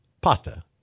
pasta